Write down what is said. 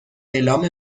اعلام